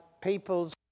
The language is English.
people's